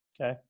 okay